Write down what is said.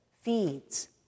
feeds